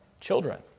children